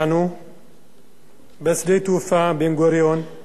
בשדה התעופה בן-גוריון לפני שיצאנו